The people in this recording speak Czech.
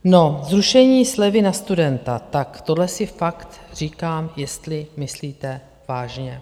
No, zrušení slevy na studenta tak tohle si fakt říkám, jestli myslíte vážně.